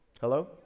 Hello